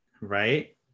right